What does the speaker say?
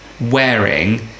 wearing